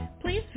Please